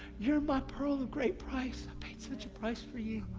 you're my pearl of great price. i paid such a price for you.